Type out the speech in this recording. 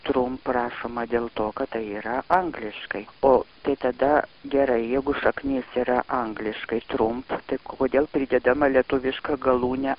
trump rašoma dėl to kad tai yra angliškai o tai tada gerai jeigu šaknis yra angliškai trump tai kodėl pridėdama lietuviška galūnė